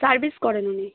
service করেন উনি